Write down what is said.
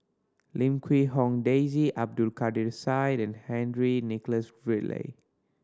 Lim Quee Hong Daisy Abdul Kadir Syed and Henry Nicholas Ridley